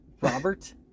Robert